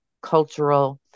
cultural